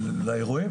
לאירועים.